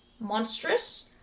monstrous